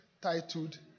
titled